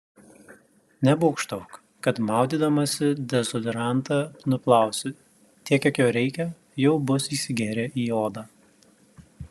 nebūgštauk kad maudydamasi dezodorantą nuplausi tiek kiek jo reikia jau bus įsigėrę į odą